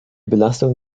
belastung